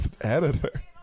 editor